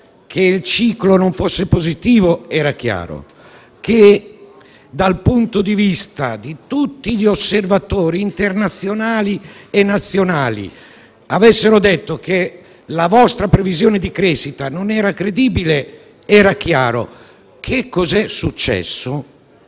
Che il ciclo non fosse positivo era chiaro; che tutti gli osservatori internazionali e nazionali sostenessero che la vostra previsione di crescita non fosse credibile era chiaro; che cos'è successo?